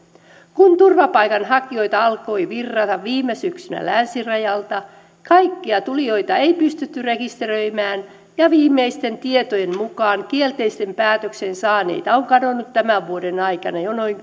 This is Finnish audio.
kun turvapaikanhakijoita alkoi virrata viime syksynä länsirajalta kaikkia tulijoita ei pystytty rekisteröimään ja viimeisten tietojen mukaan kielteisen päätöksen saaneita on kadonnut tämän vuoden aikana jo noin